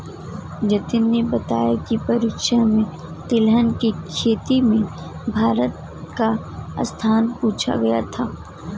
जतिन ने बताया की परीक्षा में तिलहन की खेती में भारत का स्थान पूछा गया था